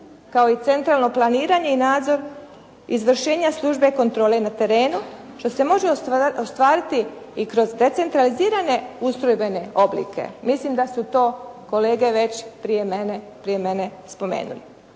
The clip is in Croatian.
kao i centralno planiranje i nadzor izvršenja službe kontrole na terenu što se može ostvariti i kroz decentralizirane ustrojbene oblike. Mislim da su to kolege već prije mene spomenuli.